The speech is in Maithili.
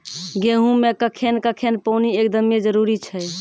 गेहूँ मे कखेन कखेन पानी एकदमें जरुरी छैय?